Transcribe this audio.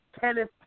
Kenneth